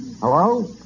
Hello